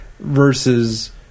versus